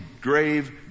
grave